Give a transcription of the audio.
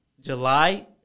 July